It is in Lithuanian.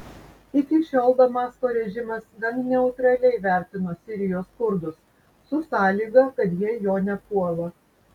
iki šiol damasko režimas gan neutraliai vertino sirijos kurdus su sąlyga kad jie jo nepuola